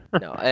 No